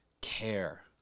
care